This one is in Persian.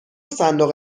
صندوق